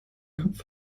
kopf